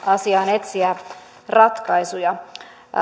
asiaan etsiä ratkaisuja